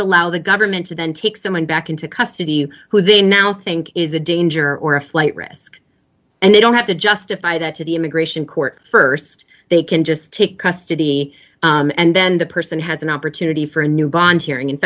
allow the government to then take someone back into custody who they now think is a danger or a flight risk and they don't have to justify that to the immigration court st they can just take custody and then the person has an opportunity for a new bond hearing in